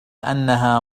أنها